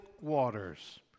waters